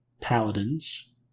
Paladins